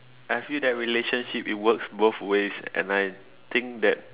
I feel that relationship it works both ways and I think that